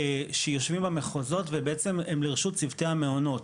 שיושבים במחוזות ובעצם, הם לרשות צוותי המעונות.